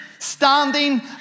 Standing